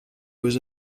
was